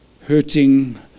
hurting